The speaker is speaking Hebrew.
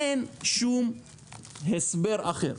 אין שום הסבר אחר.